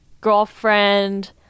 girlfriend